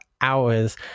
hours